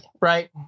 Right